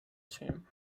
tomb